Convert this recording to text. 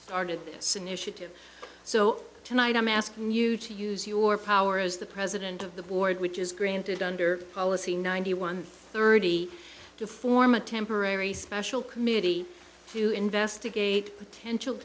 started this initiative so tonight i'm asking you to use your power as the president of the board which is granted under policy ninety one thirty to form a temporary special committee to investigate potential